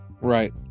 right